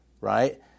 right